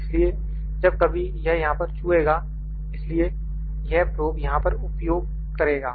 इसलिए जब कभी यह यहां पर छुएगा इसलिए यह प्रोब यहां पर उपयोग करेगा